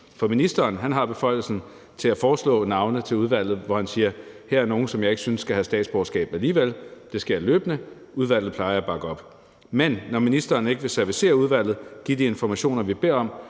For ministeren har beføjelsen til at foreslå navne til udvalget og sige, at her er nogle, som han ikke synes skal have statsborgerskab alligevel. Det sker løbende. Udvalget plejer at bakke op. Men når ministeren ikke vil servicere udvalget og give de informationer, vi beder om,